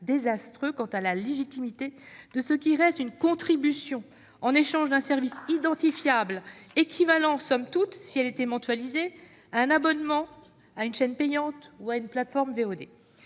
désastreux quant à la légitimité de ce qui reste une contribution en échange d'un service identifiable, équivalente, somme toute, si elle était mensualisée, à un abonnement à une chaîne payante ou à une plateforme de